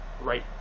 right